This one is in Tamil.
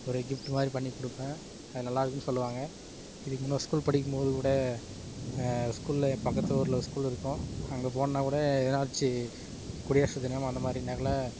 ஒரு ஃகிஃப்ட் மாதிரி பண்ணி கொடுப்பன் அது நல்லாயிருக்குன்னு சொல்லுவாங்க இதுக்கு முன்னே ஸ்கூல் படிக்கும்போது கூட ஸ்கூலில் பக்கத்து ஊரில் ஒரு ஸ்கூல் இருக்கும் அங்கே போன்னா கூட வச்சி குடியரசு தினம் அந்தமாதிரி நாளில்